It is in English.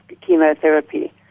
chemotherapy